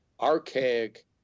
archaic